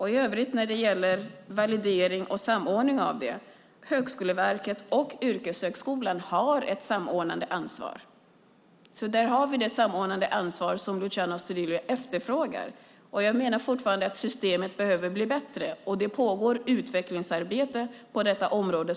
I övrigt när det gäller validering och samordning har Högskoleverket och yrkeshögskolan ett samordnande ansvar. Där har vi det samordnande ansvar som Luciano Astudillo efterfrågar. Jag menar fortfarande att systemet behöver bli bättre. Det pågår ett utvecklingsarbete på detta område.